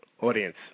audience